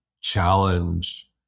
challenge